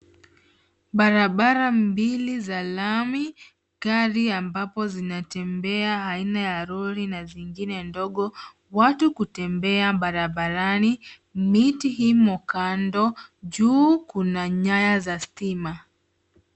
Barabara mbili za lami, gari ambapo zinatembea aina ya lori na zingine ndogo. Watu kutembea barabarani miti imo kando, juu kuna nyaya za stima.